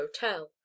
hotel